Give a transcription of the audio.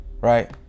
right